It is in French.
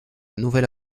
nouvelle